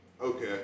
Okay